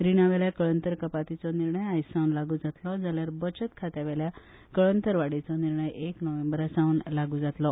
रिणा वयल्या कळंतर कपातीचो निर्णय आयज सावन लागू जातलो जाल्यार बचत खात्या वयल्या कळंतर वाडीचो निर्णय एक नोव्हेंबरा सावन लागू जातलो